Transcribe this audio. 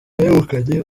yegukanye